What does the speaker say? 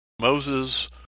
Moses